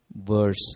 verse